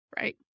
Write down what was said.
Right